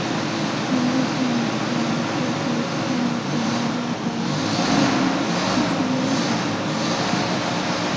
जिनें लोकें गी नेई पता कि ऐकलिप्स जां कोमैंट दा केह् असर होंदा ते उस चीजै कोला दूर रवो